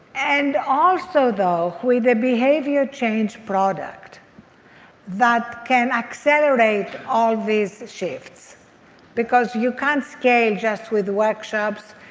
and also though with a behavior-change product that can accelerate all these shifts because you can't scale just with workshops.